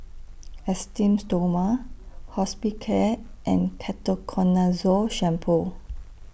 Esteem Stoma Hospicare and Ketoconazole Shampoo